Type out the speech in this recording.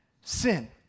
sin